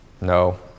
No